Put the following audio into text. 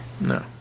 No